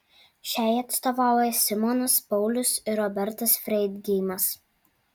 šiai atstovauja simonas paulius ir robertas freidgeimas